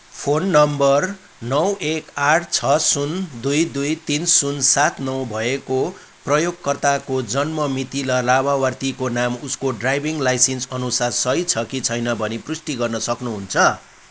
phone नम्बर नौ एक आठ छ शून दुई दुई तिन शून सात नौ भएको प्रयोगकर्ताको जन्म मिति र लाभार्थीको नाम उसको ड्राइभिङ लाइसेन्स अनुसार सही छ कि छैन भनी पुष्टि गर्न सक्नुहुन्छ